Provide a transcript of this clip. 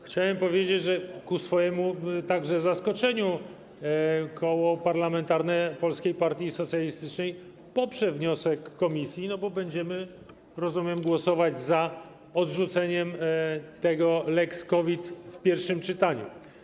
Chciałem powiedzieć, że także ku swojemu zaskoczeniu Koło Parlamentarne Polskiej Partii Socjalistycznej poprze wniosek komisji, bo będziemy, rozumiem, głosować za odrzuceniem tego lex COVID w pierwszym czytaniu.